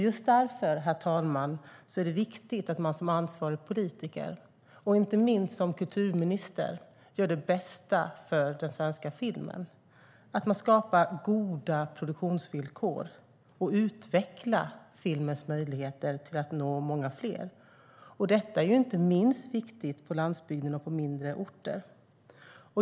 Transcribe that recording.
Just därför, herr talman, är det viktigt att man som ansvarig politiker och inte minst som kulturminister gör det bästa för den svenska filmen - att man skapar goda produktionsvillkor och utvecklar filmens möjligheter att nå många fler. Det är viktigt inte minst på landsbygden och på mindre orter.